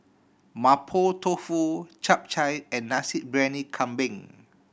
Mapo Tofu Chap Chai and Nasi Briyani Kambing